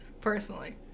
personally